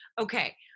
Okay